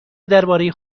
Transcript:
درباره